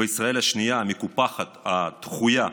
וישראל השנייה, המקופחת, הדחויה.